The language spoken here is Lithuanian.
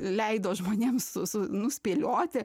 leido žmonėms su nuspėlioti